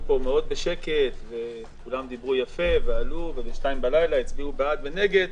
מאוד בשקט וכולם דיברו יפה והצביעו ב-02:00 בד ונגד,